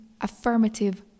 affirmative